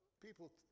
people